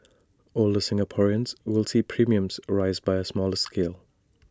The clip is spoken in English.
older Singaporeans will see premiums rise by A smaller scale